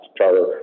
Charter